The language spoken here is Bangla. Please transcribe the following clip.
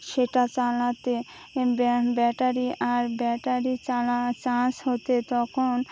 সেটা চালাতে ব্যা ব্যাটারি আর ব্যাটারি চালা চার্জ হতে তখন